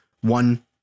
one